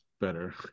better